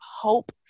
hope